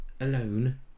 alone